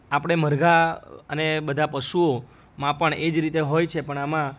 આપણે મરઘા અને બધા પશુઓ માં પણ એ જ રીતે હોય છે પણ આમાં